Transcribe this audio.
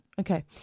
Okay